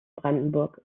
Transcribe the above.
brandenburg